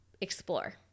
explore